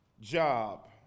job